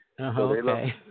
Okay